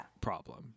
problem